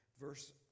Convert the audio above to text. verse